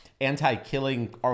anti-killing